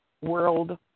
World